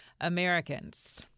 Americans